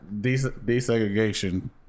desegregation